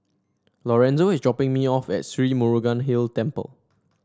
Lorenzo is dropping me off at Sri Murugan Hill Temple